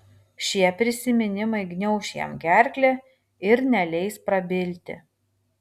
šie prisiminimai gniauš jam gerklę ir neleis prabilti